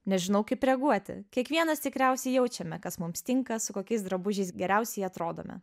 nežinau kaip reaguoti kiekvienas tikriausiai jaučiame kas mums tinka su kokiais drabužiais geriausiai atrodome